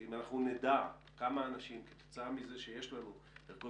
אם אנחנו נדע כמה אנשים כתוצאה מזה שיש לנו ערכות